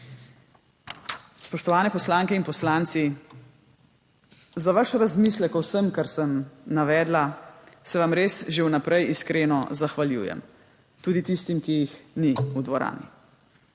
Spoštovane poslanke in poslanci, za vaš razmislek o vsem, kar sem navedla, se vam res že vnaprej iskreno zahvaljujem. Tudi tistim, ki jih ni v dvorani.